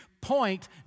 point